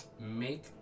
Make